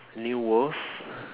new worlds